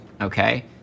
okay